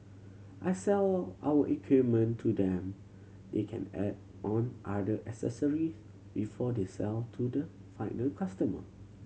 I sell our equipment to them they can add on other accessory before they sell to the final customer